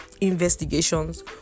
investigations